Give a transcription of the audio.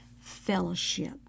fellowship